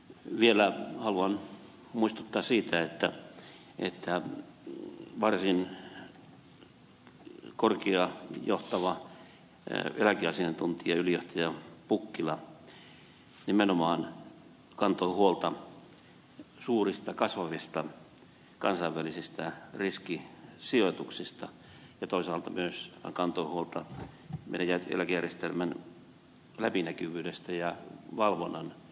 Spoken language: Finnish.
vielä haluan muistuttaa siitä että varsin korkea johtava eläkeasiaintuntija ylijohtaja pukkila nimenomaan kantoi huolta suurista kasvavista kansainvälisistä riskisijoituksista ja toisaalta hän kantoi huolta myös meidän eläkejärjestelmämme läpinäkyvyydestä ja valvonnan heikkouksista